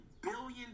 billion